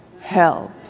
help